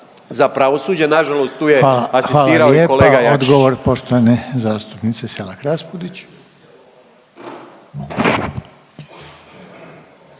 za pravosuđe, nažalost tu je asistirao i kolega Jakšić.